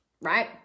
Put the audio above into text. right